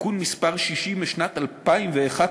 תיקון מס' 60 משנת 2011,